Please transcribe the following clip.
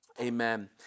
Amen